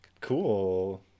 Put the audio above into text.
cool